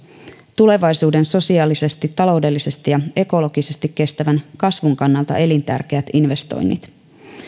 sosiaalisesti taloudellisesti ja ekologisesti kestävän kasvun kannalta elintärkeät tulevaisuuden investoinnit